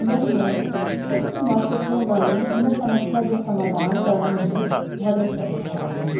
हुननि मां कुझु महत्वपूर्ण ॻाल्हियूं हिन समस्या जो समाधान करण में मदद कंदियूं आहिनि